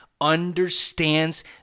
understands